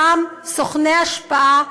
הם אותם סוכני השפעה,